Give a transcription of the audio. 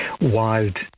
wild